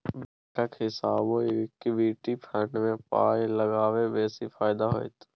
बैंकक हिसाबैं equity fund मे पाय लगेबासँ बेसी फायदा होइत